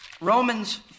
Romans